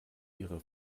ihre